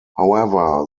however